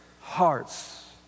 hearts